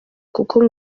kuko